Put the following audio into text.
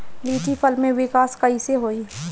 लीची फल में विकास कइसे होई?